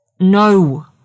No